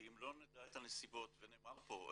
כי אם לא נדע את הנסיבות, ונאמר פה,